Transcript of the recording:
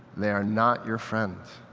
they are not your friend.